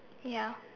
ya